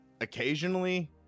occasionally